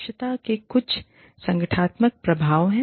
दक्षता के कुछ संगठनात्मक प्रभाव हैं